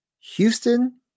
Houston